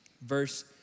verse